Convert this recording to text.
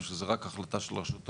או שזאת רק החלטה של רשות האוכלוסין?